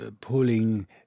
pulling